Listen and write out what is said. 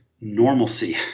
normalcy